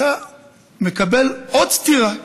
אתה מקבל עוד סטירה,